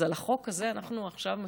אז על החוק הזה אנחנו עכשיו מצביעים?